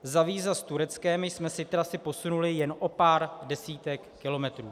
Za víza s Tureckem jsme si trasy posunuli jen o pár desítek kilometrů.